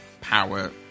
power